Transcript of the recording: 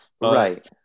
Right